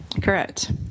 Correct